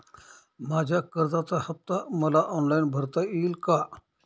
माझ्या कर्जाचा हफ्ता मला ऑनलाईन भरता येईल का?